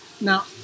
Now